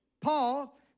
Paul